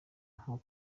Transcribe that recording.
nko